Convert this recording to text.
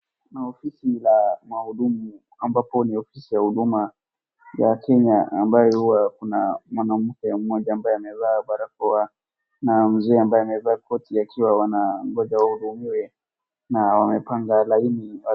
Kuna ofisi ya mahudumu ambapo ni ofisi ya huduma ya Kenya ambazo huwa kuna mwanamke mmoja ambaye ameva barakoa na mzee ambaye amevaa koti akiwa wanangoja wahudumiwe na wamepanga laini hapo.